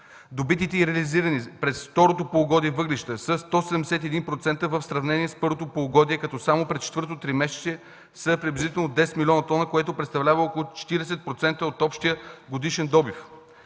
Добитите и реализирани през второто полугодие въглища са 171% в сравнение с първото полугодие, като само през четвъртото тримесечие са приблизително 10 млн. т, което представлява около 40% от общия годишен добив.